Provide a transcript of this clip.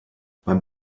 beim